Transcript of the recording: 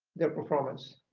their performance.